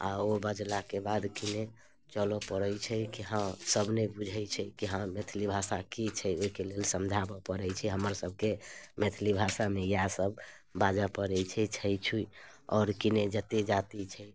आ ओ बजलाके बाद कि ने चलऽ पड़ैत छै कि हँ सब नहि बुझैत छै कि हँ मैथिली भाषा की छै ओहिके लेल समझाबऽ पड़ैत छै हमर सबके मैथिली भाषामे इएह सब बाजऽ पड़ैत छै छै छुइ आओर की ने जतेक जाति छै